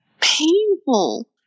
painful